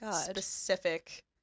specific